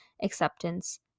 acceptance